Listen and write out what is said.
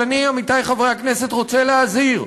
אבל אני, עמיתי חברי הכנסת, רוצה להזהיר: